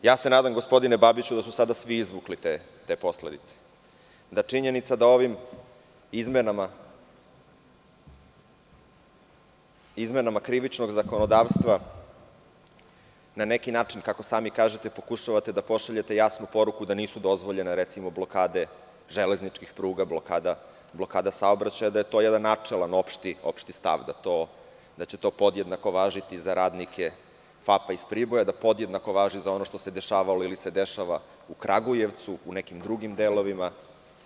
Nadam se gospodine Babiću, da su sada svi izvukli te posledice, da činjenica, da ovim izmenama krivičnog zakonodavstva na neki način kako sami kažete pokušavate da pošaljete jasnu poruku da nisu dozvoljene recimo, blokade železničkih pruga, blokada saobraćaja da je to jedan načelan opšti stav, da to će podjednako važiti za radnike FAP-a iz Priboja, da podjednako važi za ono što se dešavalo ili se dešava u Kragujevcu u nekim drugim delovima.